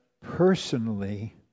personally